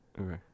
okay